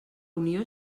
unió